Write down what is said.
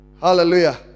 Hallelujah